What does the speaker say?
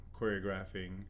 choreographing